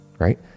right